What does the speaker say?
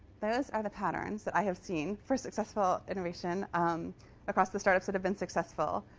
those are the patterns that i have seen for successful innovation um across the startups that have been successful.